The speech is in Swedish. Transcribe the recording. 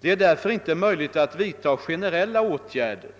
Det är därför inte möjligt att vidta generella åtgärder.